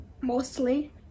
mostly